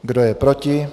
Kdo je proti?